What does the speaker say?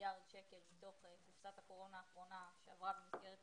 מיליארד שקלים מתוך קופסת הקורונה האחרונה שעברה במסגרת